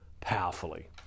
powerfully